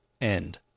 end